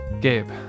Gabe